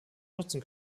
nutzen